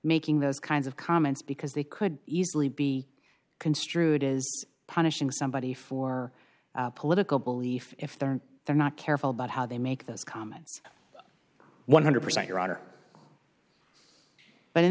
making those kinds of comments because they could easily be construed as punishing somebody for political belief if they're they're not careful about how they make those comments one hundred percent your honor but in